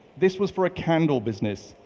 this was for a candle business.